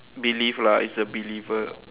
belief lah it's a believer